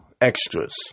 extras